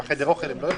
בחדר אוכל הם לא יכולים?